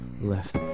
left